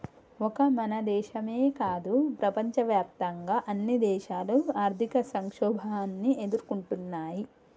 ఒక మన దేశమో కాదు ప్రపంచవ్యాప్తంగా అన్ని దేశాలు ఆర్థిక సంక్షోభాన్ని ఎదుర్కొంటున్నయ్యి